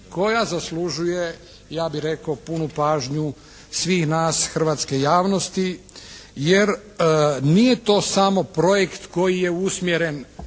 koja zaslužuje ja bih rekao punu pažnju svih nas, hrvatske javnosti. Jer, nije to samo projekt koji je usmjeren